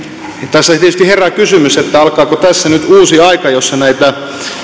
nyt tässä tietysti herää kysymys että alkaako tässä nyt uusi aika jossa näitä